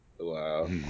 Wow